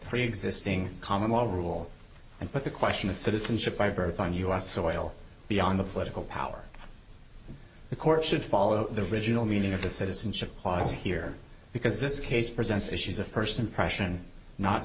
preexisting common law rule and put the question of citizenship by birth on us soil beyond the political power the court should follow the original meaning of the citizenship clause here because this case presents issues of first impression not